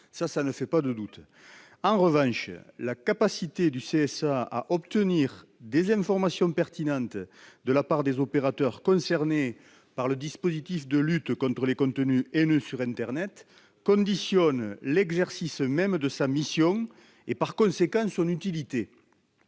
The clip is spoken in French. du secret des affaires. En revanche, la capacité du CSA à obtenir des informations pertinentes des opérateurs concernés par le dispositif de lutte contre les contenus haineux sur internet conditionne l'exercice même de sa mission et, par conséquent, son utilité.